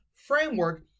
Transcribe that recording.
framework